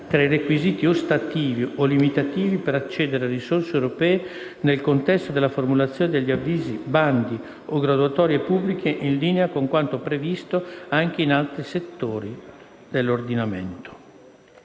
tra i requisiti ostativi o limitativi per accedere a risorse europee nel contesto della formulazione degli avvisi, bandi o graduatorie pubbliche, in linea con quanto previsto anche in altri settori dell'ordinamento».